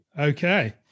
okay